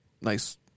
nice